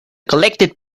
collected